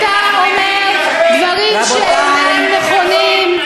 אתם מחריבים, אתה אומר דברים שאינם נכונים.